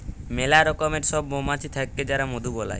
ম্যালা রকমের সব মমাছি থাক্যে যারা মধু বালাই